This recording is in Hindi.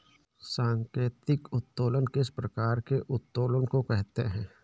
सांकेतिक उत्तोलन किस प्रकार के उत्तोलन को कहते हैं?